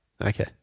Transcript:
Okay